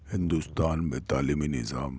ہندوستان میں تعلیمی نظام